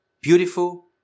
beautiful